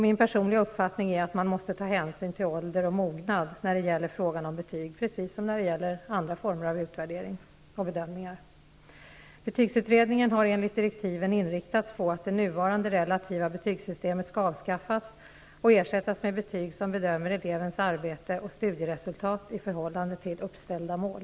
Min personliga uppfattning är att man måste ta hänsyn till ålder och mognad när det gäller frågan om betyg, precis som när det gäller andra former av bedömningar. Betygsutredningen har enligt direktiven inriktats på att det nuvarande relativa betygssystemet skall avskaffas och ersättas med betyg där elevens arbete och studieresultat bedöms i förhållande till uppställda mål.